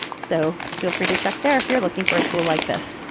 so feel free to check there if you're looking for a tool like this.